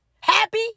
happy